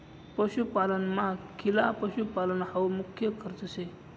पशुपालनमा खिला पशुपालन हावू मुख्य खर्च शे